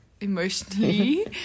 emotionally